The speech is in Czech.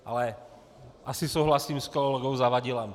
Ale asi souhlasím s kolegou Zavadilem.